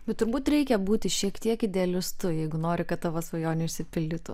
bet turbūt reikia būti šiek tiek idealistu jeigu nori kad tavo svajonių išsipildytų